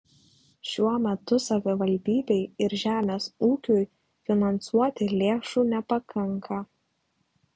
šiuo metu savivaldybei ir žemės ūkiui finansuoti lėšų nepakanka